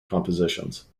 compositions